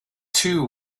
too